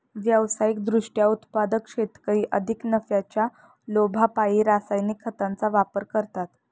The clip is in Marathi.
व्यावसायिक दृष्ट्या उत्पादक शेतकरी अधिक नफ्याच्या लोभापायी रासायनिक खतांचा वापर करतात